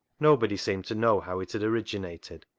nobody seemed to know how it had originated,